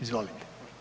Izvolite.